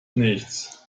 nichts